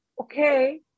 okay